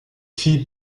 filles